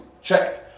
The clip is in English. check